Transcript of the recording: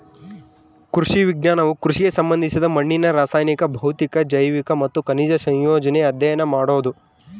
ಕೃಷಿ ವಿಜ್ಞಾನವು ಕೃಷಿಗೆ ಸಂಬಂಧಿಸಿದ ಮಣ್ಣಿನ ರಾಸಾಯನಿಕ ಭೌತಿಕ ಜೈವಿಕ ಮತ್ತು ಖನಿಜ ಸಂಯೋಜನೆ ಅಧ್ಯಯನ ಮಾಡೋದು